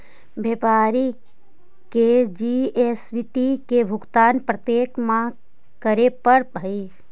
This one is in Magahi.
व्यापारी के जी.एस.टी के भुगतान प्रत्येक माह करे पड़ऽ हई